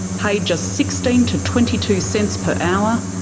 paid just sixteen to twenty two cents per hour,